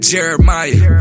Jeremiah